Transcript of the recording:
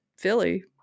Philly